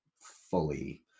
fully